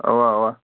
اَوا اَوا